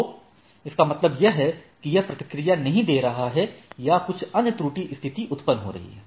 तो इसका मतलब यह है कि यह प्रतिक्रिया नहीं दे रहा है या कुछ अन्य त्रुटि स्थिति उत्पन्न हो रही है